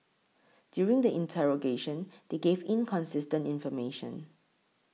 during the interrogation they gave inconsistent information